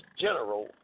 General